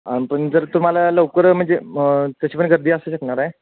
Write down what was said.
आणि पण जर तुम्हाला लवकर म्हणजे तशी पण गर्दी असू शकणार आहे